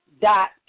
dot